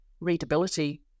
readability